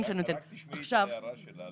שאני נותנת --- רק תשמעי את ההערה שלה.